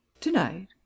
to-night